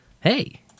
Hey